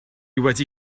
wedi